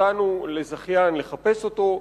נתנו לזכיין לחפש אותו,